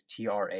TRA